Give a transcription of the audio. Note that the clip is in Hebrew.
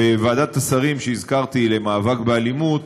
בוועדת השרים שהזכרתי למאבק באלימות